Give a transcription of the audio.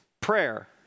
prayer